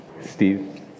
Steve